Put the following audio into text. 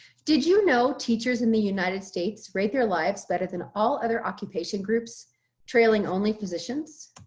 did you know teachers in the united states right their lives better than all other occupation groups trailing only physicians